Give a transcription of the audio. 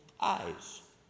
eyes